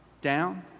down